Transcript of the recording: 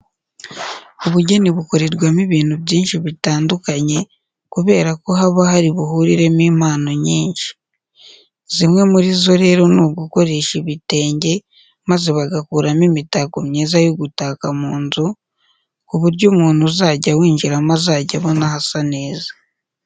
Ubugeni bukorerwamo ubintu byinshi bitandukane kubera ko haba hari buhuriremo impano nyinshi. Zimwe muri zo rero ni ugukoresha ibitenge maze bagakuramo imitako myiza yo gutaka mu nzu, ku buryo umuntu uzajya winjirimo azajya abona hasa neza.